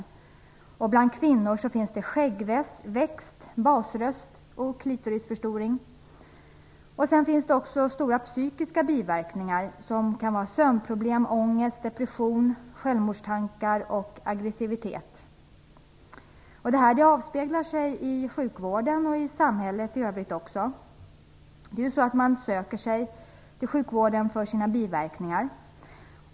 De biverkningar som förekommer hos kvinnor är skäggväxt, basröst och clitorisförstoring. Dessutom förekommer stora psykiska biverkningar, t.ex. sömnproblem, ångest, depression, självmordstankar och aggressivitet. Detta avspeglar sig i sjukvården och även i samhället i övrigt. Man söker sig ju till sjukvården för sina biverkningar.